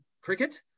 cricket